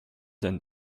than